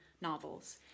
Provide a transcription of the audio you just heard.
novels